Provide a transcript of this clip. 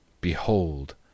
Behold